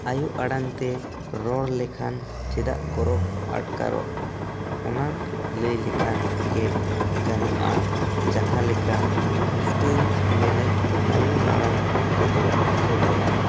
ᱟᱭᱳ ᱟᱲᱟᱝ ᱛᱮ ᱨᱚᱲ ᱞᱮᱠᱷᱟᱱ ᱪᱮᱫᱟᱜ ᱜᱚᱨᱚᱵ ᱟᱴᱠᱟᱨᱚᱜ ᱚᱱᱟ ᱞᱟᱹᱭ ᱞᱮᱠᱷᱟᱱ ᱜᱮ ᱜᱟᱱᱚᱜᱼᱟ ᱡᱟᱦᱟᱸ ᱞᱮᱠᱟ ᱯᱩᱥᱴᱟᱹᱣ ᱢᱮᱱᱮᱛ ᱱᱟᱭᱚ ᱱᱟᱲᱟᱝ ᱛᱮᱫᱚ ᱥᱚᱫᱚᱨᱚᱜᱼᱟ